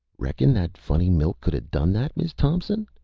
reckon that funny milk coulda done that, miz thompson?